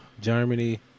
Germany